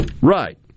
Right